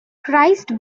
christ